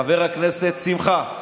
חבר הכנסת שמחה,